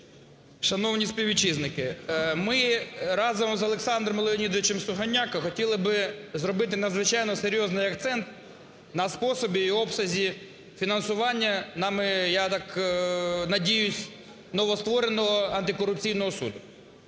Шановні співвітчизники, ми разом з Олександром Леонідовичем Сугоняком хотіли би зробити надзвичайно серйозний акцент на способі і обсязі фінансування нами, я так надіюсь, новоствореного антикорупційного суду.